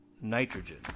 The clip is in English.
nitrogen